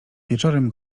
wieczorem